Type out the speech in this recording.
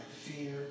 fear